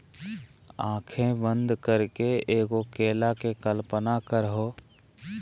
आँखें बंद करके एगो केला के कल्पना करहो